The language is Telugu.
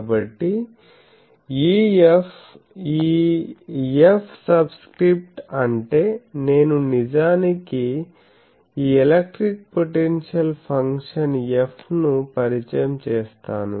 కాబట్టి EF ఈ F సబ్స్క్రిప్ట్ అంటే నేను నిజానికి ఈ ఎలక్ట్రిక్ పొటెన్షియల్ ఫంక్షన్ F ను పరిచయం చేస్తాను